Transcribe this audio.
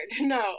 No